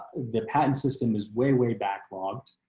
the patent system is way, way backlogged.